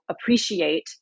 appreciate